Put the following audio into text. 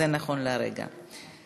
זה נכון לרגע זה.